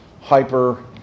hyper